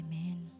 amen